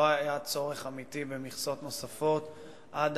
לא היה צורך אמיתי במכסות נוספות עד